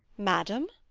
madam!